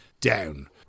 down